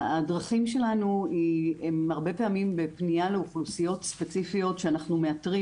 הדרכים שלנו הן הרבה פעמים בפנייה לאוכלוסיות ספציפיות שאנחנו מאתרים,